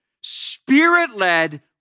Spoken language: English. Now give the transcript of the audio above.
spirit-led